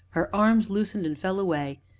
her arms loosened and fell away,